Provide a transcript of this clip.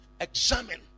examine